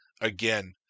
again